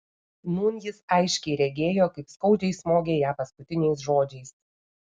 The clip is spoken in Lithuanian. nūn jis aiškiai regėjo kaip skaudžiai smogė ją paskutiniais žodžiais